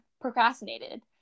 procrastinated